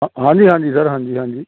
ਹਾਂਜੀ ਹਾਂਜੀ ਸਰ ਹਾਂਜੀ ਹਾਂਜੀ